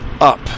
up